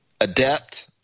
adept